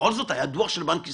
בכל זאת היה דוח של בנק ישראל,